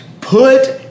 put